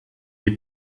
die